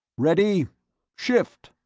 ready shift!